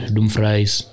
Dumfries